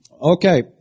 Okay